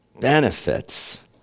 benefits